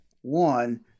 one